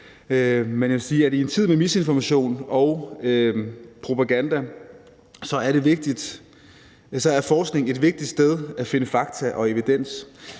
at i en tid med misinformation og propaganda er forskning et vigtigt sted at finde fakta og evidens,